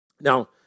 Now